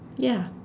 ya